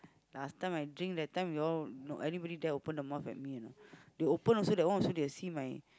last time I drink that time they all anybody dare open their mouth for me you know they open their mouth also they will see my